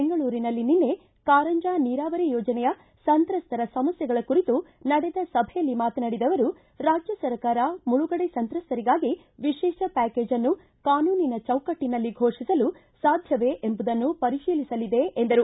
ಬೆಂಗಳೂರಿನಲ್ಲಿ ನಿನ್ನೆ ಕಾರಂಜಾ ನೀರಾವರಿ ಯೋಜನೆಯ ಸಂತ್ರಸ್ಥರ ಸಮಸ್ಟೆಗಳ ಕುರಿತು ನಡೆದ ಸಭೆಯಲ್ಲಿ ಮಾತನಾಡಿದ ಅವರು ರಾಜ್ಯ ಸರ್ಕಾರ ಮುಳುಗಡೆ ಸಂತ್ರಸ್ತರಿಗಾಗಿ ವಿಶೇಷ ಪ್ಟಾಕೇಜನ್ನು ಕಾನೂನಿನ ಚೌಕಟ್ಟನಲ್ಲಿ ಘೋಷಿಸಲು ಸಾಧ್ವವೇ ಎಂಬುದನ್ನು ಪರಿಶೀಲಿಸಲಿದೆ ಎಂದರು